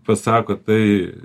pasako tai